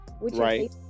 right